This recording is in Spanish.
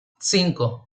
cinco